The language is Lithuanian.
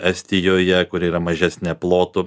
estijoje kuri yra mažesnė plotu